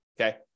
okay